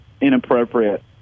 inappropriate